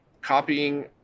copying